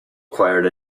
acquired